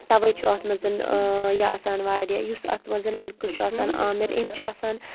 تَوَے چِھ اَتھ منٛز یہِ آسان واریاہ یُس اَتھ منٛز لٔڑکہٕ چھُ آسان آمِر أمۍ چھُ آسان